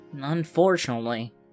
Unfortunately